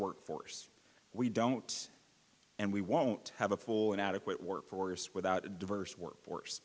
workforce we don't and we won't have a full and adequate workforce without a diverse workforce